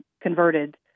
converted